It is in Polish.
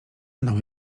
mną